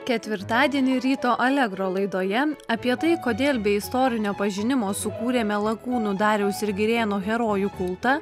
ketvirtadienį ryto allegro laidoje apie tai kodėl be istorinio pažinimo sukūrėme lakūnų dariaus ir girėno herojų kultą